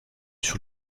sur